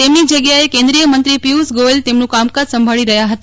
તેમની જગ્યાએ કેન્દ્રીય મત્રો પિયુષ ગોયલ તેમનું કામકાજ સંભાળી રહયા હતા